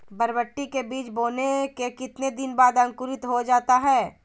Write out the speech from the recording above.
बरबटी के बीज बोने के कितने दिन बाद अंकुरित हो जाता है?